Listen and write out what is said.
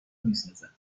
میسازد